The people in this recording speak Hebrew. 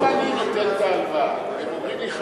אם אני נותן את ההלוואה והם אומרים לי,